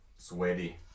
Sweaty